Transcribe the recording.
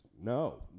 no